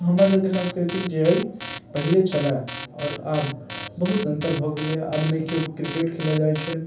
हमरा सभकेँ सन्स्कृतिक जे अइ पहिले छलै आओर आब बहुत अन्तर भऽ गेलै आब नइ केओ क्रिकेट खेलऽ जाइत छै